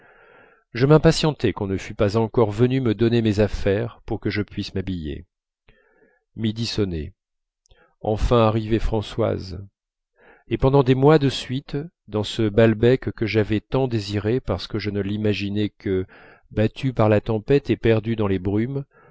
je m'impatientais qu'on ne fût pas encore venu me donner mes affaires pour que je puisse m'habiller midi sonnait enfin arrivait françoise et pendant des mois de suite dans ce balbec que j'avais tant désiré parce que je ne l'imaginais que battu par la tempête et perdu dans les brumes